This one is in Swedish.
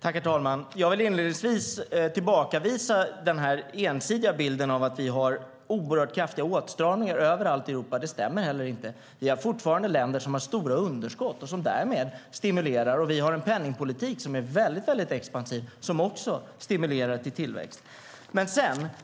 Herr talman! Jag vill inledningsvis tillbakavisa den ensidiga bilden av att vi har oerhört kraftiga åtstramningar överallt i Europa. Det stämmer inte. Vi har fortfarande länder som har stora underskott och som därmed stimulerar. Vi har en penningpolitik som är väldigt expansiv som också stimulerar till tillväxt.